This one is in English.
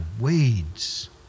weeds